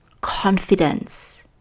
confidence